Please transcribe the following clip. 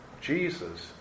Jesus